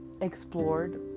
explored